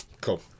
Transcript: Cool